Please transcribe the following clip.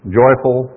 joyful